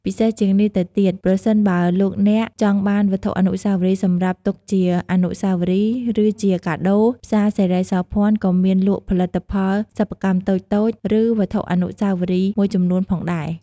ពិសេសជាងនេះទៅទៀតប្រសិនបើលោកអ្នកចង់បានវត្ថុអនុស្សាវរីយ៍សម្រាប់ទុកជាអនុស្សាវរីយ៍ ឬជាកាដូ ផ្សារសិរីសោភ័ណក៏មានលក់ផលិតផលសិប្បកម្មតូចៗ ឬវត្ថុអនុស្សាវរីយ៍មួយចំនួនផងដែរ។